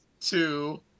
two